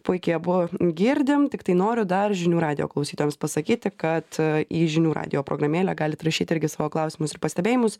puikiai abu girdim tiktai noriu dar žinių radijo klausytojams pasakyti kad į žinių radijo programėlę galit rašyti irgi savo klausimus ir pastebėjimus